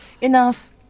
Enough